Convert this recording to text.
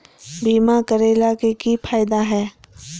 बीमा करैला के की फायदा है?